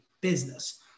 business